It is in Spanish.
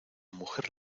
mujer